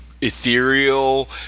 ethereal